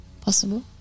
possible